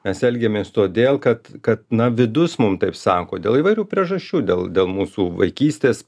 mes elgiamės todėl kad kad na vidus mum taip sako dėl įvairių priežasčių dėl mūsų vaikystės